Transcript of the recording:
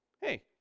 hey